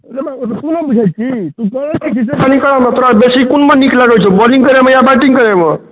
जेना रसगुल्ला बुझै छिही तऽ तोरा बेसी कोनमे नीक लगै छौ बौलिङ्ग करैमे आ बैटिङ्ग करैमे